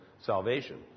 salvation